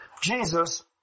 Jesus